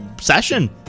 session